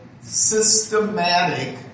systematic